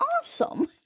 awesome